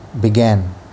began